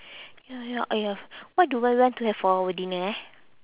ya ya !aiya! what do I want to have for our dinner eh